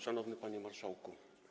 Szanowny Panie Marszałku!